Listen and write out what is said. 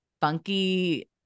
funky